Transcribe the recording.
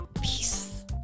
Peace